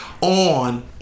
on